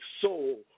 soul